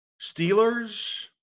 Steelers